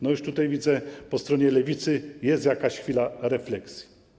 No już tutaj widzę, że po stronie Lewicy jest jakaś chwila refleksji.